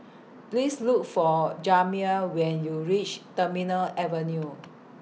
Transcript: Please Look For Jamir when YOU REACH Terminal Avenue